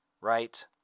right